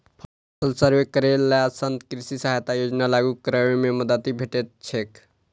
फसल सर्वे करेला सं कृषि सहायता योजना लागू करै मे मदति भेटैत छैक